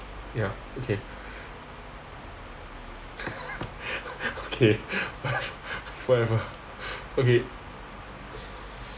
ya okay okay whatever okay